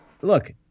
look